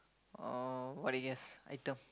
uh what I guess item